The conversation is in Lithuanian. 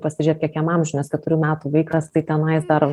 pasižėk kiek jam amžiaus nes keturių metų vaikas tai tenais dar